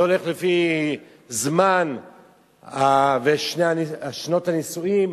זה הולך לפי זמן ושנות הנישואים,